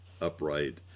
upright